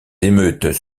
émeutes